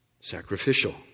Sacrificial